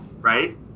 right